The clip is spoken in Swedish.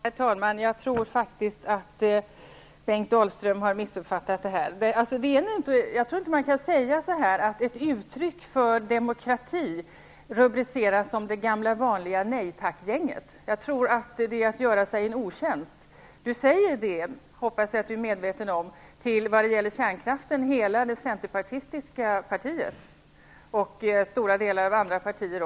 Herr talman! Jag tror faktiskt att Bengt Dalström har missuppfattat det här. Jag tycker inte att man kan säga att ett uttryck för demokrati skall rubriceras som kommande från det gamla vanliga nej tack-gänget; det är att göra sig en otjänst. Bengt Dalström säger detta -- och det hoppas jag att han är medveten om -- när det gäller kärnkraften till hela centerpartiet, och också till stora delar av alla andra partier.